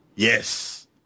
Yes